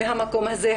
מהמקום הזה,